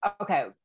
okay